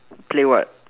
play what